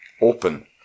open